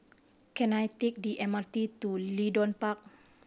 can I take the M R T to Leedon Park